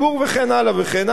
וכן הלאה וכן הלאה.